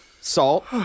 Salt